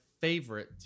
favorite